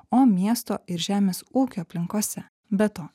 o miesto ir žemės ūkio aplinkose be to